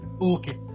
Okay